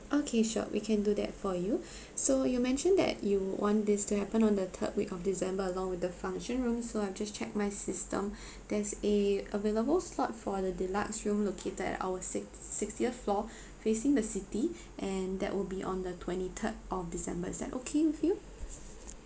okay sure we can do that for you so you mentioned that you want this to happen on the third week of december along with the function room so I've just checked my system there's a available slot for the deluxe room located at our six~ sixtieth floor facing the city and that will be on the twenty third of december is that okay with you